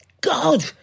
God